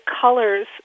colors